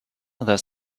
their